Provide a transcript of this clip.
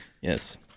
Yes